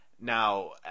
Now